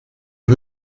rue